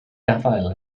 gafael